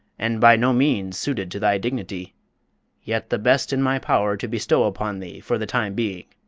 and by no means suited to thy dignity yet the best in my power to bestow upon thee for the time being.